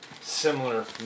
similar